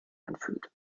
anfühlt